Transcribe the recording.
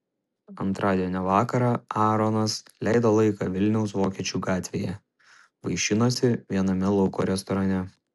antradienio vakarą aaronas leido laiką vilniaus vokiečių gatvėje vaišinosi viename lauko restorane